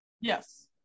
Yes